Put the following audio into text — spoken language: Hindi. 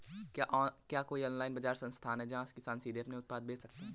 क्या कोई ऑनलाइन बाज़ार स्थान है जहाँ किसान सीधे अपने उत्पाद बेच सकते हैं?